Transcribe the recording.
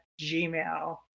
gmail